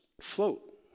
float